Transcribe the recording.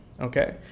okay